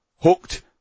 hooked